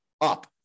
up